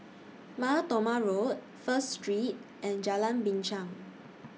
Mar Thoma Road First Street and Jalan Binchang